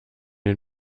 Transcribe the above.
den